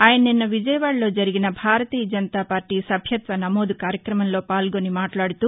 ఆయన నిన్న విజయవాడలో జరిగిన భారతీయ జనతాపార్టీ సభ్యత్వ నమోదు కార్యక్రమంలో పాల్గొని మాట్లాడుతూ